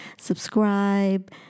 subscribe